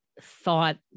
thought